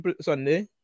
Sunday